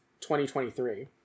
2023